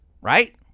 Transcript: right